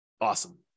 Awesome